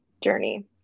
journey